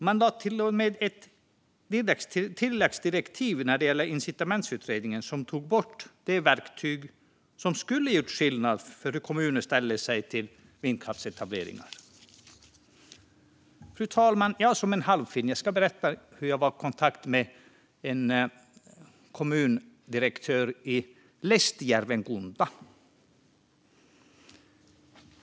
Man gav till och med den så kallade incitamentsutredningen ett tilläggsdirektiv som innebar att man tog bort det verktyg som skulle ha gjort skillnad när det gäller hur kommuner ställer sig till vindkraftsetableringar. Fru talman! Jag som är halvfinne ska berätta att jag var i kontakt med en kommundirektör i Lestijärven kunta.